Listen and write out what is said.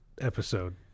episode